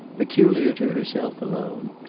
peculiar to herself alone,